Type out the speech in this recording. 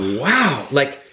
wow! like,